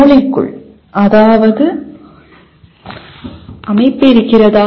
மூளைக்குள் ஏதாவது அமைப்பு இருக்கிறதா